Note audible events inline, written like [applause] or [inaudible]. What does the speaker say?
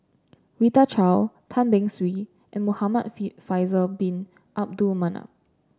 Rita Chao Tan Beng Swee and Muhamad [unintelligible] Faisal bin Abdul Manap